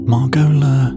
Margola